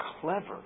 clever